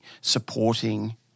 supporting